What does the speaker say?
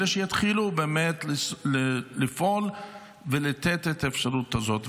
אלא שיתחילו באמת לפעול ולתת את האפשרות הזאת.